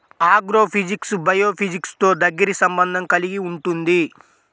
agrophysics బయోఫిజిక్స్తో దగ్గరి సంబంధం కలిగి ఉంటుంది